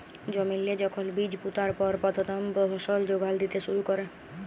জমিল্লে যখল বীজ পুঁতার পর পথ্থম ফসল যোগাল দ্যিতে শুরু ক্যরে